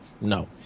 No